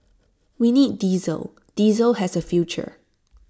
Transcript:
we need diesel diesel has A future